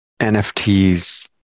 NFTs